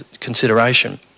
consideration